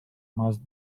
must